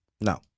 No